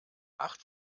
acht